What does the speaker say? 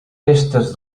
pestes